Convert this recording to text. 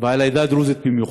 ועל העדה הדרוזית במיוחד.